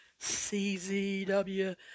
CZW